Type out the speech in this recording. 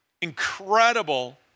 incredible